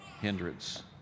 hindrance